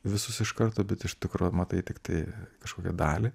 visus iš karto bet iš tikro matai tiktai kažkokią dalį